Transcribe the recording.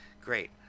great